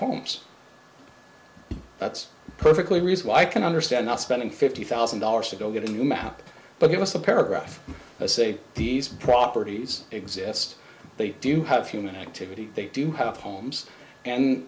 homes that's perfectly reasonable i can understand not spending fifty thousand dollars to go get a new map but give us a paragraph i say these properties exist they do have human activity they do have homes and